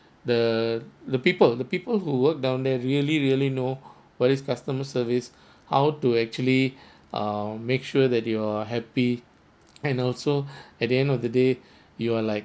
the the people the people who work down there really really know what is customer service how to actually err make sure that you're happy and also at the end of the day you are like